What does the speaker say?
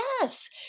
Yes